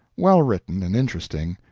well-written and interesting,